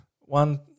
One